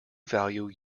value